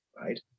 right